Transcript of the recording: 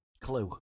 Clue